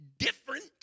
different